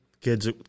Kids